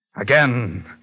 Again